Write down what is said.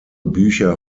bücher